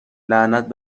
لعنت